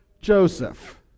Joseph